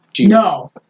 No